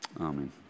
Amen